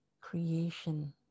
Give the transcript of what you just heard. creation